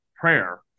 prayer